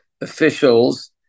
officials